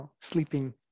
sleeping